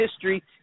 history